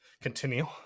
continue